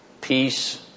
peace